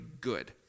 good